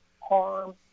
harm